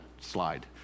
slide